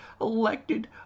elected